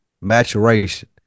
maturation